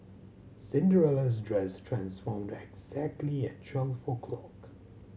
Cinderella's dress transformed exactly at twelve o' clock